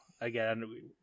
again